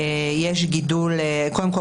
קודם כל,